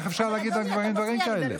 איך אפשר להגיד על גברים דברים כאלה?